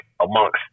amongst